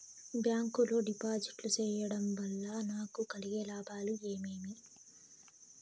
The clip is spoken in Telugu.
బ్యాంకు లో డిపాజిట్లు సేయడం వల్ల నాకు కలిగే లాభాలు ఏమేమి?